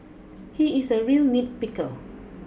he is a real nitpicker